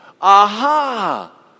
Aha